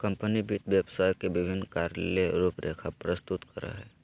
company वित्त व्यवसाय के विभिन्न कार्य ले रूपरेखा प्रस्तुत करय हइ